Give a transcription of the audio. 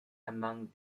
among